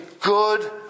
good